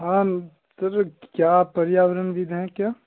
हाँ क्या पर्यावरण हैं क्या